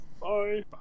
Bye